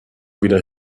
wieder